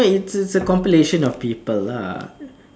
no it's a compilation of people lah